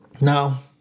Now